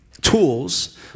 tools